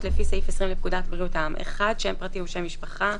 לפי סעיף 20 לפקודת בריאות העם: (1)שם פרטי ושם משפחה,